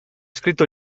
scritto